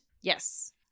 Yes